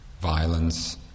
violence